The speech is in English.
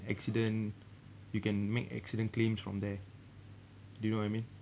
accident you can make accident claims from there do you know what I mean